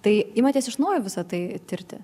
tai imatės iš naujo visa tai tirti